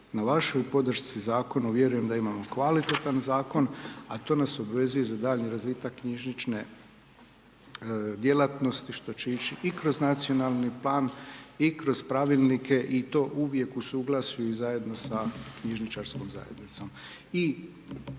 na vašoj podršci Zakona, vjerujem da imamo kvalitetan Zakon, a to nas obvezuje za daljnji razvitak knjižnične djelatnosti, što će ići i kroz Nacionalni plan i kroz Pravilnike i to uvijek u suglasju i zajedno sa knjižničarskom zajednicom